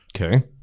Okay